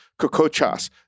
kokochas